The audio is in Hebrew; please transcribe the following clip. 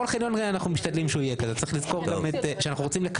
אנחנו משתדלים שכל חניון